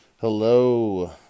Hello